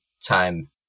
time